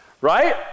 right